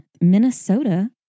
Minnesota